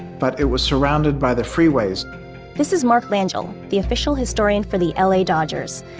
but it was surrounded by the freeways this is mark langill, the official historian for the la dodgers.